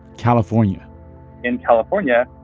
california in california,